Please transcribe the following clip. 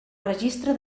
registre